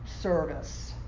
service